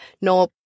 no